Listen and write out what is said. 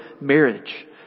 marriage